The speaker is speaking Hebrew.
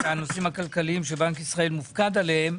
הנושאים הכלכליים שבנק ישראל מופקד עליהם,